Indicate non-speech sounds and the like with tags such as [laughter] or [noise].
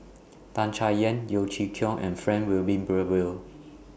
[noise] Tan Chay Yan Yeo Chee Kiong and Frank Wilmin Brewer